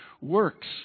works